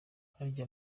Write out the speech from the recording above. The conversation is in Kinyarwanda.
harya